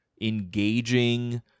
engaging